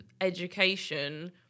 education